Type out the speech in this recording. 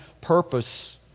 purpose